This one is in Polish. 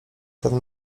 ten